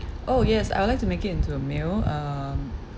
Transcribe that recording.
oh yes I'd like to make it into a meal um